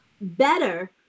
better